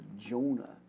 Jonah